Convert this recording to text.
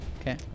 okay